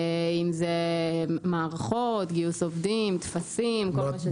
אם זה מערכות, גיוס עובדים, טפסים, כל מה שצריך.